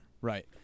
Right